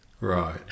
right